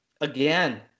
again